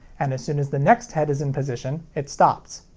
and as soon as the next head is in position, it stops.